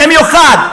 במיוחד,